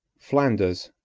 flanders,